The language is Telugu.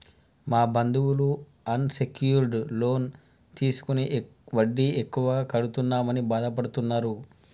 మా బంధువులు అన్ సెక్యూర్డ్ లోన్ తీసుకుని వడ్డీ ఎక్కువ కడుతున్నామని బాధపడుతున్నరు